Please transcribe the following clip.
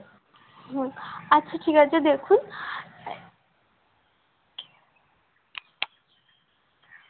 হুম আচ্ছা ঠিক আছে দেখুন